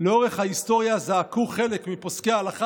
" לאורך ההיסטוריה זעקו חלק מפוסקי ההלכה